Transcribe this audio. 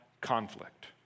conflict